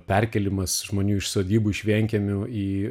perkėlimas žmonių iš sodybų iš vienkiemių į